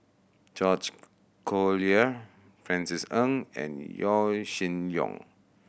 George Collyer Francis Ng and Yaw Shin Leong